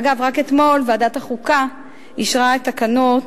אגב, רק אתמול ועדת החוקה אישרה תקנות